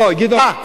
לא, גדעון.